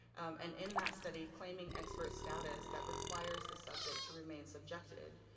and in that study claiming expert status that requires the subject to remain subjected.